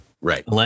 Right